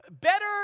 Better